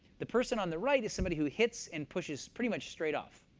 the person on the right is somebody who hits and pushes pretty much straight off.